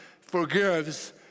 forgives